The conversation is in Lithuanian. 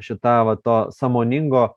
šita va to sąmoningo